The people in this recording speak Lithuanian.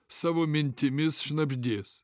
savo mintimis šnabždės